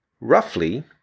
roughly